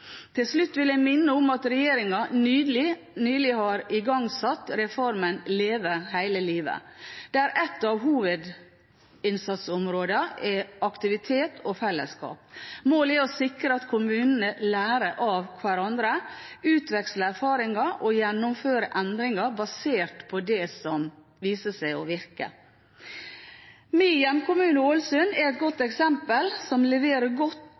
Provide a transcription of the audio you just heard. Til slutt vil jeg minne om at regjeringen nylig har igangsatt reformen Leve hele livet, der et av hovedinnsatsområdene er aktivitet og felleskap. Målet er å sikre at kommunene lærer av hverandre, utveksler erfaringer og gjennomfører endringer basert på det som viser seg å virke. Min hjemkommune Ålesund er et godt eksempel på en kommune som leverer